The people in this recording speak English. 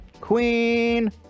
Queen